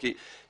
זה שם